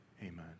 Amen